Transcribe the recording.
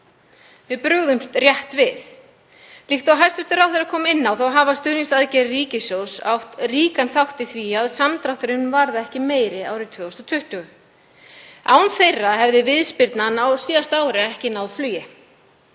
Við brugðumst rétt við. Líkt og hæstv. ráðherra kom inn á hafa stuðningsaðgerðir ríkissjóðs átt ríkan þátt í því að samdrátturinn varð ekki meiri árið 2020. Án þeirra hefði viðspyrnan á síðasta ári ekki náð flugi.